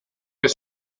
bis